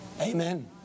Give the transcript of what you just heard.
Amen